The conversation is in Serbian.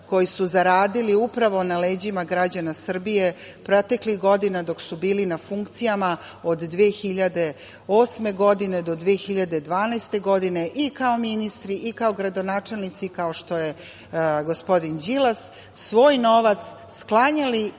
koji su zaradili na leđima građana Srbije proteklih godina, dok su bili na funkcijama od 2008. do 2012. godine i kao ministri i kao gradonačelnici, kao što je gospodin Đilas, svoj novac sklanjali